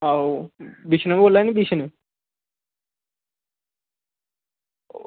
आहो विष्णु होर बोला दे नी विष्णु